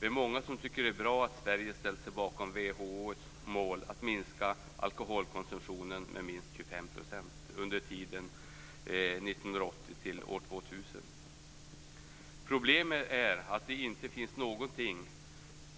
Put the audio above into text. Det är många som tycker att det är bra att Sverige ställt sig bakom WHO:s mål om att minska alkoholkonsumtionen med minst 25 % under tiden 1980-2000. Problemet är att det inte finns något